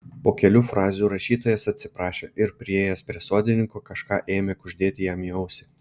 po kelių frazių rašytojas atsiprašė ir priėjęs prie sodininko kažką ėmė kuždėti jam į ausį